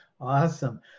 Awesome